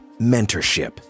Mentorship